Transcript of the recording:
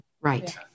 Right